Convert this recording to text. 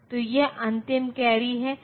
तो जोड़ मैं कैसे करूँगा